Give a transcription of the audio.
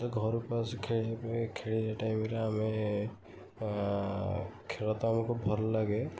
ଘରକୁ ଆସୁ ଖେଳିବା ପାଇଁ ଖେଳିବା ଟାଇମ୍ରେ ଆମେ ଖେଳ ତ ଆମକୁ ଭଲ ଲାଗେ